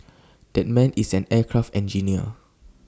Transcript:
that man is an aircraft engineer